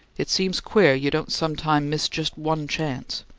it seems queer you don't some time miss just one chance!